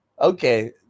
Okay